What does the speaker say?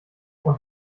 und